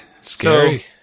scary